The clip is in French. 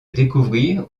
découvrir